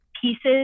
pieces